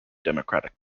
democratic